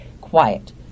quiet